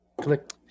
click